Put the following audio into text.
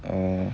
err